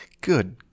Good